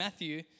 Matthew